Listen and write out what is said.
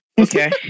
Okay